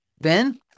Ben